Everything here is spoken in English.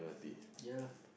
ya lah